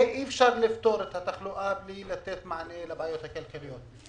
אי אפשר לפתור את התחלואה בלי לתת מענה לבעיות הכלכליות.